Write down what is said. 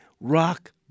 rock